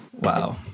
Wow